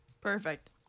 Perfect